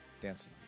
Dances